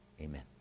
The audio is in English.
amen